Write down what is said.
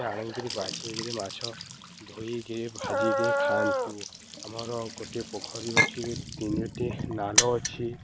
ଆଣିକିରି ବାଛିକିରି ମାଛ ଧୋଇକିରି ଭାଜିକିରି ଖାଆନ୍ତୁ ଆମର ଗୋଟେ ପୋଖରୀ ଅଛି ତିନୋଟି ନାଳ ଅଛି